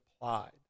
applied